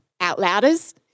Outlouders